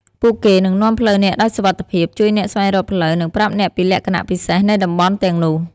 ពួកគេនឹងនាំផ្លូវអ្នកដោយសុវត្ថិភាព ជួយអ្នកស្វែងរកផ្លូវ និងប្រាប់អ្នកពីលក្ខណៈពិសេសនៃតំបន់ទាំងនោះ។